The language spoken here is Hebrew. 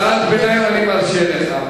הערת ביניים אני מרשה לך,